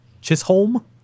Chisholm